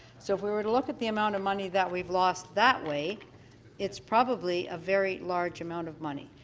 so if we were to look at the amount of money that we've lost is that way it's probably a very large amount of money.